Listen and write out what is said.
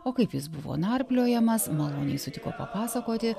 o kaip jis buvo narpliojamas maloniai sutiko papasakoti